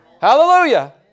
Hallelujah